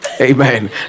Amen